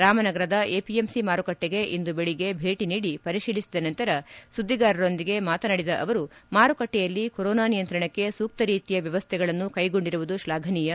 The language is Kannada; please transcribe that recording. ರಾಮನಗರದ ಎಪಿಎಂಸಿ ಮಾರುಕಟ್ಟಿಗೆ ಇಂದು ಬೆಳಿಗ್ಗೆ ಭೇಟಿ ನೀಡಿ ಪರಿತೀಲಿಸಿದ ನಂತರ ಸುದ್ದಿಗಾರರೊಂದಿಗೆ ಮಾತನಾಡಿದ ಅವರು ಮಾರುಕಟ್ಟೆಯಲ್ಲಿ ಕೊರೋನಾ ನಿಯಂತ್ರಣಕ್ಕೆ ಸೂಕ್ತ ರೀತಿಯ ವ್ಯವಸ್ಥೆಗಳನ್ನು ಕೈಗೊಂಡಿರುವುದು ಶ್ಲಾಘನೀಯ